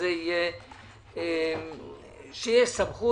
שתהיה סמכות.